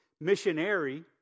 Missionary